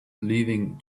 leaving